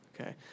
Okay